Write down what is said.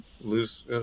lose